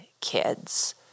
kids